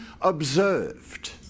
observed